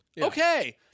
Okay